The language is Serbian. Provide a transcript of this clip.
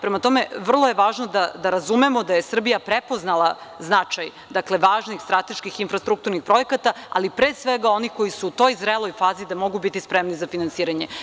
Prema tome, vrlo je važno da razumemo da je Srbija prepoznala značaj, dakle važnih strateških infrastrukturnih projekata, ali pre svega onih koji su u toj zreloj fazi da mogu biti spremni za finansiranje.